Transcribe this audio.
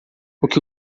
que